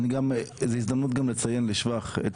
זו הזדמנות לציין לשבח,